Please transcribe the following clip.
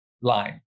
line